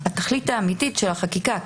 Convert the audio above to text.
התכלית האמיתית של החקיקה.